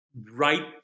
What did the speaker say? right